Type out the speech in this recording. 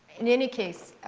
in any case,